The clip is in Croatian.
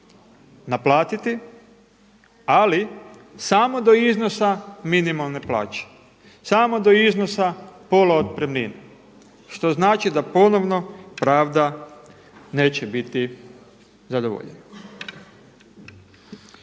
naplatiti, ali samo do iznosa minimalne plaće, samo do iznosa pola otpremnine što znači da ponovno pravda neće biti zadovoljena.